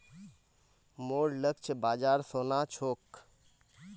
मोर लक्ष्य बाजार सोना छोक